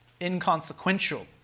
inconsequential